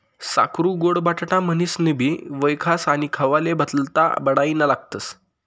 साकरु गोड बटाटा म्हनीनसनबी वयखास आणि खावाले भल्ता बडाईना लागस